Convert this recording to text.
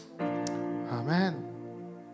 Amen